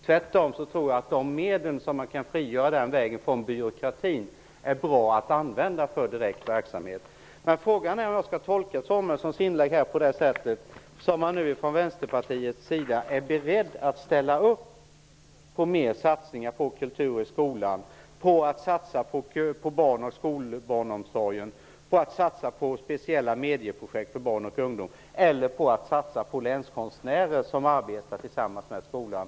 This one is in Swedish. Tvärtom tror jag att de medel som på det sättet frigörs från byråkratin i stället kan användas för direkt verksamhet. Kan jag tolka Björn Samuelsons inlägg så, att man från Vänsterpartiets sida är beredd att ställa upp på större satsningar på kultur i skolan och satsningar på skolbarnomsorgen, t.ex. speciella medieprojekt för barn och ungdom, eller satsningar på länskonstnärer, som arbetar tillsammans med skolan?